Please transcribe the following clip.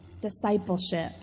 discipleship